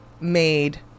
made